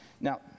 Now